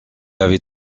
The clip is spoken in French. avait